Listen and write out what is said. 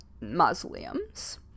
mausoleums